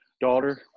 daughter